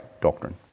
doctrine